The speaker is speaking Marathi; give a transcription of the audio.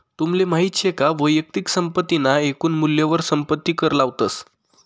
तुमले माहित शे का वैयक्तिक संपत्ती ना एकून मूल्यवर संपत्ती कर लावतस